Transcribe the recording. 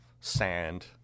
sand